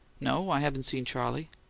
no i haven't seen charley.